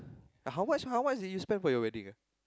how much how much did you spend for your wedding ah